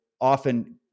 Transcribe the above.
often